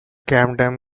camden